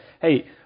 hey